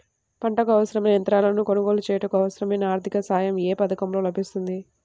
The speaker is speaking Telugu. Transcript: పంటకు అవసరమైన యంత్రాలను కొనగోలు చేయుటకు, అవసరమైన ఆర్థిక సాయం యే పథకంలో లభిస్తుంది?